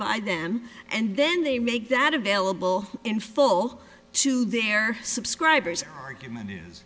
by them and then they make that available in full to their subscribers argument is